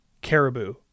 caribou